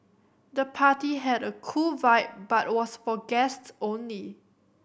the party had a cool vibe but was for guests only